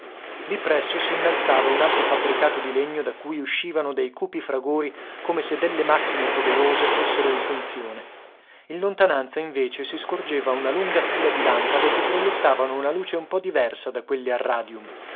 lì presso si innalzava un alto fabbricato di legno da cui uscivano dei cupi fragori come se delle macchine poderose fossero in funzione in lontananza invece si scorgeva una lunga fila di lampade che proiettavano una luce un po diversa da quelle a radium